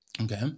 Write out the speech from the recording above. Okay